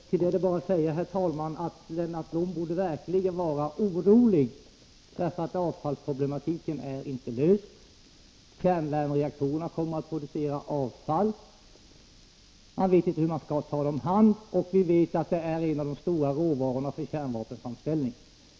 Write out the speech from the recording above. Herr talman! Till detta är bara att säga att Lennart Blom verkligen borde vara orolig. Avfallsproblematiken är inte löst, kärnvärmereaktorerna kommer att producera avfall. Man vet inte hur man skall ta det om hand, och vi vet att det är en viktig råvara för kärnvapenframställning.